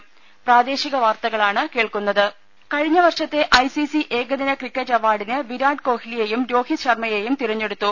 ദേദ കഴിഞ്ഞ വർഷത്തെ ഐ സി സി ഏകദിന ക്രിക്കറ്റ് അവാർഡിന് വിരാട് കോഹ് ലിയെയും രോഹിത് ശർമ്മയെയും തെരഞ്ഞെടുത്തു